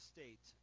State